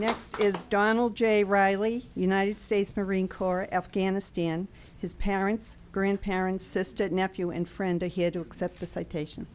all is donald j riley united states marine corps afghanistan his parents grandparents sister nephew and friend a he had to accept the citation